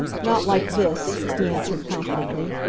not like this! he answered confidently.